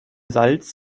salz